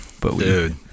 Dude